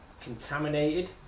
contaminated